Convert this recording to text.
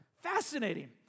Fascinating